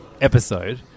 episode